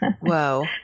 Whoa